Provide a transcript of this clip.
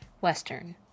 western